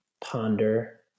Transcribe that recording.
ponder